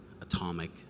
atomic